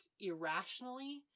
irrationally